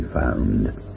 found